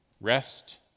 Rest